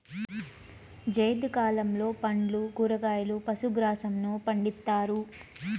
జైద్ కాలంలో పండ్లు, కూరగాయలు, పశు గ్రాసంను పండిత్తారు